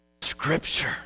Scripture